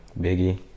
Biggie